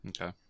Okay